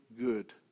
good